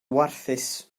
warthus